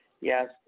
Yes